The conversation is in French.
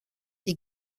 des